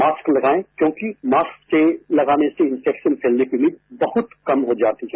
mask लगाएं क्योंकि mask लगाने से इंफेक्शन फैलने की उम्मीद बहुत कम हो जाती है